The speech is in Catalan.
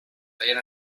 feien